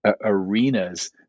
arenas